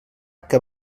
que